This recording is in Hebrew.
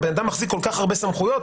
בן-אדם מחזיק כל כך הרבה סמכויות,